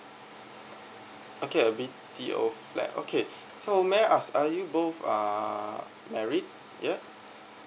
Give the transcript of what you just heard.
okay a B_T_O flat okay so may I ask are you both uh married yet